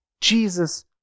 Jesus